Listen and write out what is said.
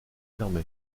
fermé